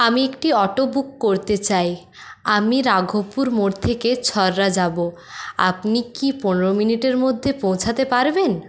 আমি একটি auto book করতে চাই আমি রাঘবপুর মোর থেকে ছররা যাবো আপনি কি পনেরো মিনিটের মধ্যে পৌঁছোতে পারবেন